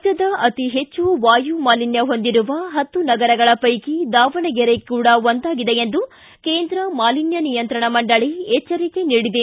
ರಾಜ್ಯದ ಅತೀ ಹೆಚ್ಚು ವಾಯು ಮಾಲಿನ್ನ ಹೊಂದಿರುವ ಹತ್ತು ನಗರಗಳ ಪೈಕಿ ದಾವಣಗೆರೆ ಕೂಡ ಒಂದಾಗಿದೆ ಎಂದು ಕೇಂದ್ರ ಮಾಲಿನ್ಯ ನಿಯಂತ್ರಣ ಮಂಡಳ ಎಚ್ಚರಿಕೆ ನೀಡಿದೆ